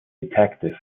detective